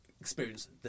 experience